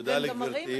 תודה לגברתי.